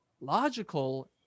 logical